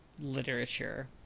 literature